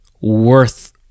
worth